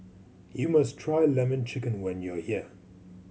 you must try Lemon Chicken when you are here